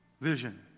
vision